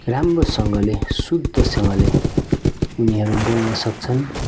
राम्रोसँगले शुद्दसँगले उनीहरू बोल्न सक्छन्